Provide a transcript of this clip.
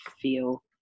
feel